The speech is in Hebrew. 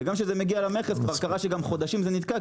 וגם כשזה מגיע למכס כבר קרה שגם חודשים זה נתקע,